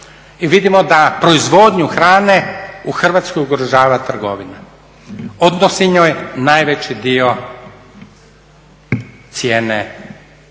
I vidimo da proizvodnju hrane u Hrvatskoj ugrožava trgovina, odnosi njoj najveći dio cijene